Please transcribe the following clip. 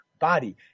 body